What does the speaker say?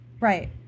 Right